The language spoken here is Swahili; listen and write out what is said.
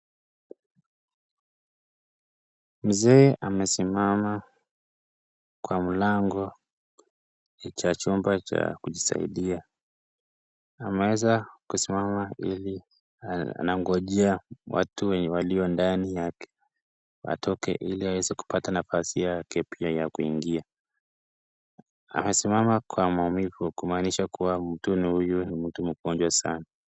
Mzee amesimama kwa mlango cha chumba cha kujisaidia ameweza kusimama anangonjea watu walio ndani yake watoke ili aweze kupata nafasi yake ya kuingia. Amesimama kwa maumivu kumaanisha kuwa mtu huyu ni mtu mgonjwa sana.